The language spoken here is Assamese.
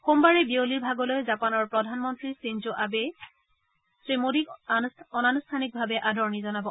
সোমবাৰে বিয়লিৰ ভাগলৈ জাপানৰ প্ৰধান মন্ত্ৰী ধিনজ আবে শ্ৰী মোডীক অনানুষ্ঠানিকভাৱে আদৰণি জনাব